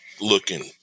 looking